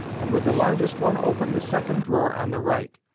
and with the largest one open the second drawer on the right.